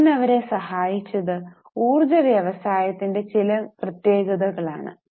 അതിനു അവരെ സഹായിച്ചത് ഊർജ്ജ വ്യവസായത്തിന്റെ ചില പ്രത്യേകതകൾ ആണ്